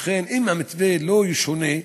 ולכן, אם המתווה לא ישונה,